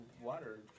water